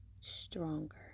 stronger